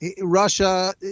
Russia